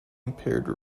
impaired